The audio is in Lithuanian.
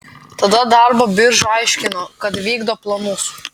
tada darbo birža aiškino kad vykdo planus